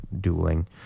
dueling